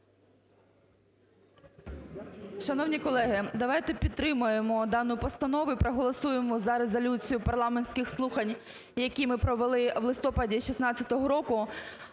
Шановні колеги, давайте підтримаємо дану постанову і проголосуємо за резолюцію парламентських слухань, які ми провели в листопаді 2016 року